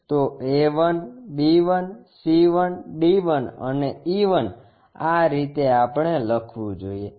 તો a 1 b 1 c 1 d 1 અને e 1 આ રીતે આપણે લખવું જોઈએ